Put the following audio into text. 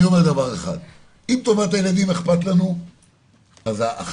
לא מבוססת על בדיקה איך טיפלו עד 2018 ואיך טיפלו היום.